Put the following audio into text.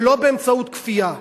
ולא באמצעות כפייה.